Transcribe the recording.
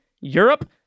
Europe